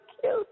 cute